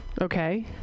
okay